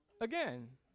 again